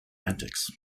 antics